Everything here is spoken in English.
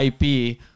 IP